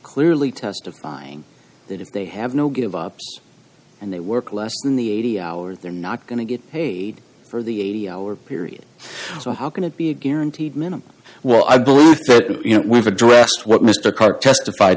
clearly testifying that if they have no give up and they work less than the eighty hours they're not going to get paid for the eighty hour period so how can it be a guaranteed minimum well i believe you know we've addressed what mr carr testif